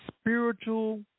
spiritual